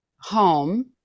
home